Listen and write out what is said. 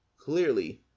clearly